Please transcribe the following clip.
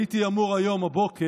הייתי אמור הבוקר,